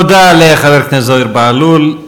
תודה לחבר הכנסת זוהיר בהלול.